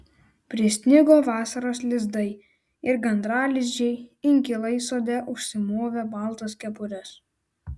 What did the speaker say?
prisnigo vasaros lizdai ir gandralizdžiai inkilai sode užsimovė baltas kepures